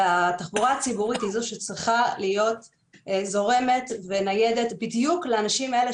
והתחבורה הציבורית היא זו שצריכה להיות זורמת וניידת בדיוק לאנשים האלה,